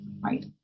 right